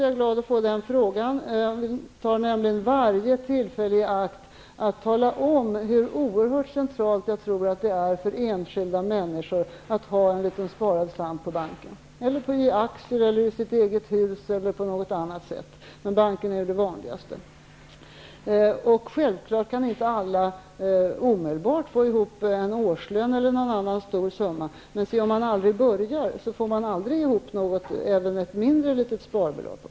Jag tar nämligen varje tillfälle i akt att tala om hur oerhört centralt det är för enskilda människor att ha en liten sparad slant på banken, i aktier, i sitt eget hus eller på något annat sätt -- men banksparande är det vanligaste. Självfallet kan inte alla omedelbart få ihop en årslön eller någon annan stor summa, men om man aldrig börjar, får man aldrig ihop ens ett mindre sparbelopp.